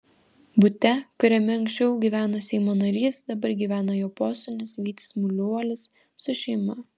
bute kuriame anksčiau gyveno seimo narys dabar gyvena jo posūnis vytis muliuolis su šeima